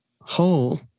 whole